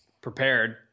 prepared